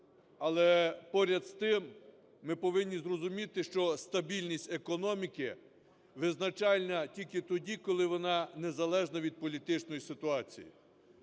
Але поряд з тим ми повинні зрозуміти, що стабільність економіки визначальна тільки тоді, коли вона незалежна від політичної ситуації.